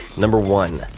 number one,